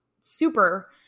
super